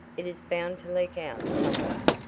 it is bound to leak out some way.